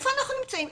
איפה אנחנו נמצאים?